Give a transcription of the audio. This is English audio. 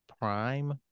Prime